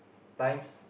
times